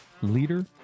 leader